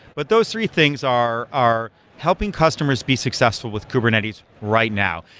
but those three things are are helping customers be successful with kubernetes right now,